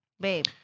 Babe